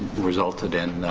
resulted in